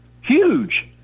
Huge